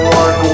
one